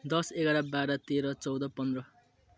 दस एघार बाह्र तेह्र चौध पन्ध्र